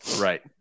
Right